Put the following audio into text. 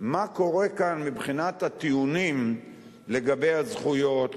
מה קורה כאן מבחינת הטיעונים לגבי הזכויות,